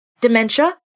dementia